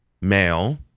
male